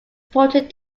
reported